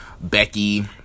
Becky